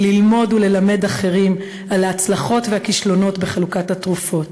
ללמוד וללמד אחרים על ההצלחות והכישלונות בחלוקת התרופות.